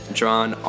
drawn